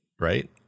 right